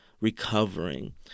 recovering